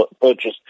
purchase